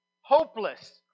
hopeless